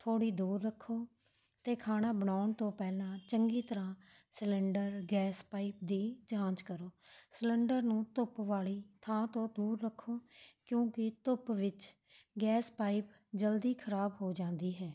ਥੋੜ੍ਹੀ ਦੂਰ ਰੱਖੋ ਅਤੇ ਖਾਣਾ ਬਣਾਉਣ ਤੋਂ ਪਹਿਲਾਂ ਚੰਗੀ ਤਰ੍ਹਾਂ ਸਿਲੰਡਰ ਗੈਸ ਪਾਈਪ ਦੀ ਜਾਂਚ ਕਰੋ ਸਿਲੰਡਰ ਨੂੰ ਧੁੱਪ ਵਾਲੀ ਥਾਂ ਤੋਂ ਦੂਰ ਰੱਖੋ ਕਿਉਂਕਿ ਧੁੱਪ ਵਿੱਚ ਗੈਸ ਗੈਸ ਪਾਈਪ ਜਲਦੀ ਖਰਾਬ ਹੋ ਜਾਂਦੀ ਹੈ